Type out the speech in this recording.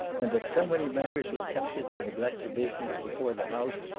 and that so many members were tempted to neglect the business before the house,